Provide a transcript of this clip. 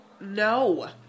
No